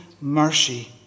mercy